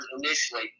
initially